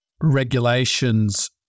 regulations